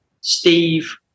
Steve